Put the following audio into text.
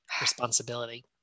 responsibility